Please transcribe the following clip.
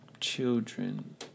children